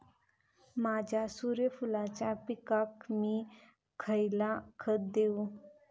माझ्या सूर्यफुलाच्या पिकाक मी खयला खत देवू?